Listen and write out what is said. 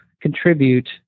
contribute